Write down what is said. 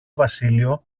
βασίλειο